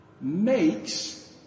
makes